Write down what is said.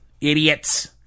Idiots